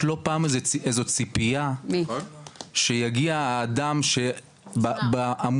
יש לא פעם איזו ציפייה שיגיע האדם המוזנח,